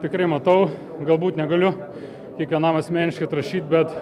tikrai matau galbūt negaliu kiekvienam asmeniškai atrašyt bet